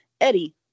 Eddie